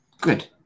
Good